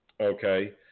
okay